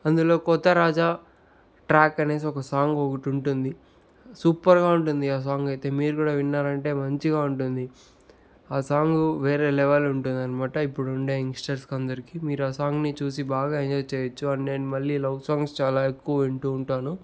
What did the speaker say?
అందులో కొత్త రాజా ట్రాక్ అనేసి ఒక సాంగ్ ఒకటి ఉంటుంది సూపర్గా ఉంటుంది ఆ సాంగ్ అయితే మీరు కూడా విన్నారంటే మంచిగా ఉంటుంది ఆ సాంగ్ వేరే లెవెల్ ఉంటుంది అనమాట ఇప్పుడు ఉండే యంగ్స్టర్స్ అందరికీ మీరు ఆ సాంగ్ని చూసి బాగా ఎంజాయ్ చేయొచ్చు అండ్ నేను మళ్లీ లవ్ సాంగ్స్ చాలా ఎక్కువ వింటూ ఉంటాను